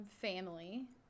family